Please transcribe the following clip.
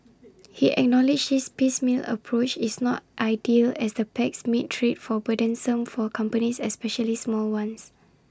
he acknowledged this piecemeal approach is not ideal as the pacts make trade for burdensome for companies especially small ones